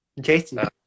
Jason